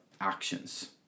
actions